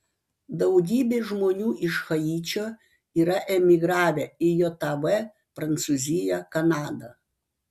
daugybė žmonių iš haičio yra emigravę į jav prancūziją kanadą